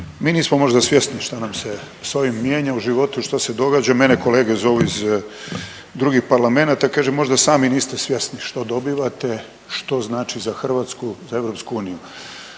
Mi nismo možda svjesni šta nam se s ovim mijenja u životu, što se događa, mene kolege zovu iz drugih parlamenata, kaže možda sami niste svjesni što dobivate, što znači za Hrvatsku, za EU.